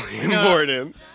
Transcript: important